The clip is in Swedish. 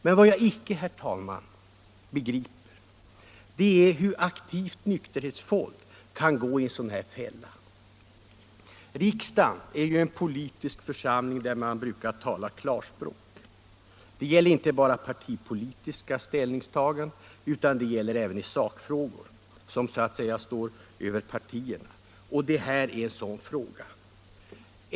Men vad jag inte begriper är hur aktivt nykterhetsfolk kan gå i en sådan fälla. Riksdagen är ju en politisk församling där man brukar tala klarspråk. Det gäller inte bara vid partipolitiska ställningstaganden utan också i sakfrågor som så att säga står över partierna. Och detta är en sådan fråga.